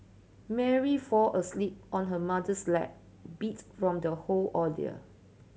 Mary fall asleep on her mother's lap beat from the whole ordeal